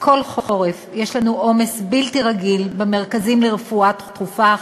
כל חורף יש לנו עומס בלתי רגיל במרכזים לרפואה דחופה,